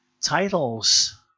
titles